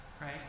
right